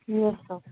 yes sir